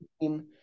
team